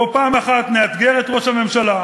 בוא פעם אחת נאתגר את ראש הממשלה,